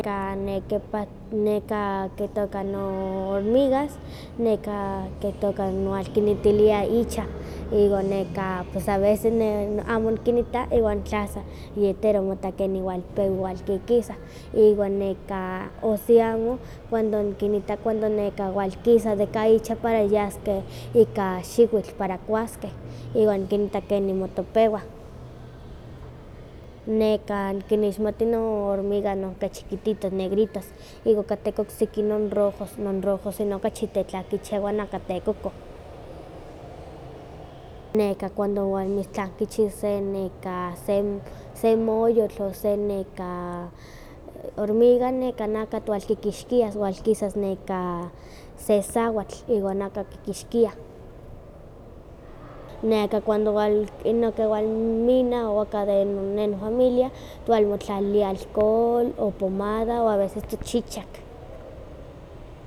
Ka nekah nekah kitoka no hormigas kitoka no walkinitilia icha, iwa neka pues a veces amo nikinitta iwa tlase intero nikinita pewa walkikisah, iwa nekah o si algo cuando nikinitta walkisa de kan icha para yaskeh ika xiwitl para kuaskeh iwa nikinitta keni motopewah. Nekah nikinixmatih non hormigas inonkeh chiquititos, negritos, iwa kateh oksiki non rojos, inon okachi tletakichi iwan anka tekokoh. Neka cuando mistlankichis sen sen semoyotl o se nekah hormiga nekan anka twalkikixkias wal kisas nekah se sawatl iwan anka kikixkiah. Nekah cuando kiwalmina o aka de no nofamilia tiwalmotlaliliah alcohol o pomada o a veces tochichak.